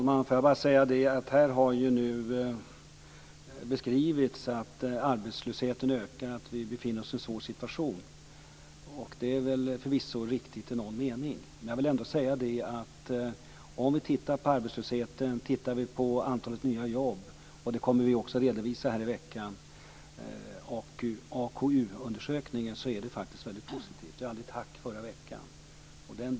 Fru talman! Här har nu beskrivits att arbetslösheten ökar och att vi befinner oss i en svår situation. Det är förvisso riktigt i någon mening. Men om vi tittar på arbetslösheten och antalet nya jobb - och det kommer vi att redovisa här i veckan från AKU - är det väldigt positivt. Vi hade ett hack förra veckan.